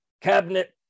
cabinet